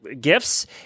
gifts